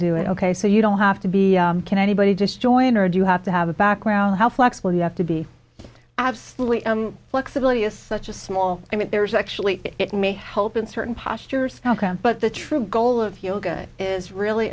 do it ok so you don't have to be can anybody just join or do you have to have a background how flexible you have to be absolutely flexibility is such a small i mean there's actually it may help in certain postures but the true goal of yoga is really